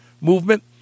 movement